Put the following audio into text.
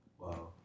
Wow